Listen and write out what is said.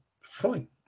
fine